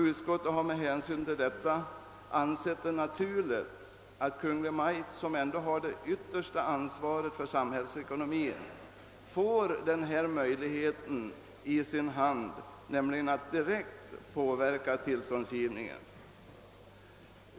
Utskottet har med hänsyn härtill ansett det vara naturligt att Kungl. Maj:t, som ändå har det yttersta ansvaret för samhällsekonomin, får möjlighet att direkt påverka tillståndsgivningen.